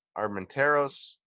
Armenteros